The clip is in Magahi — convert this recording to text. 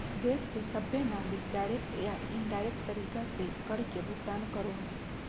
देश के सभहे नागरिक डायरेक्ट या इनडायरेक्ट तरीका से कर के भुगतान करो हय